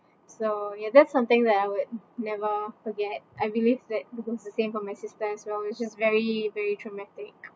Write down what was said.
so ya that's something that I would never forget I believe that it was the same for my sister as well which is very very traumatic